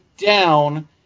down